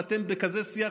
ואתם בכזה שיח,